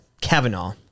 Kavanaugh